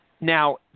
Now